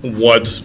what's